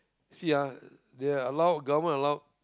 see ah they allow government allow